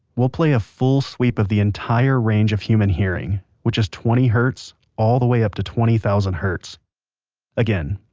we'll play a full sweep of the entire range of human hearing which is twenty hertz all the way up to twenty thousand hertz again,